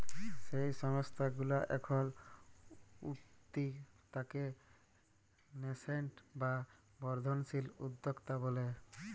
যেই সংস্থা গুলা এখল উঠতি তাকে ন্যাসেন্ট বা বর্ধনশীল উদ্যক্তা ব্যলে